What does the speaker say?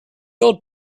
old